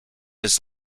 his